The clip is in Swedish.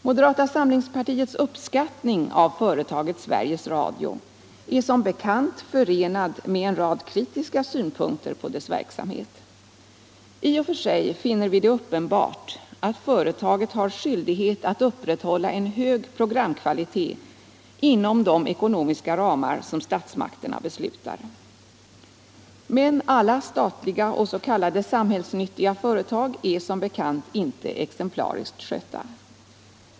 Moderata samlingspartiets uppskattning av företaget Sveriges Radio är som bekant förenad med en rad kritiska synpunkter på dess verksamhet. I och för sig finner vi det uppenbart att företaget har skyldighet att upprätthålla en hög programkvalitet inom de ekonomiska ramar som statsmakterna beslutar. Men som bekant är inte alla statliga och s.k. samhällsnyttiga företag exemplariskt skötta.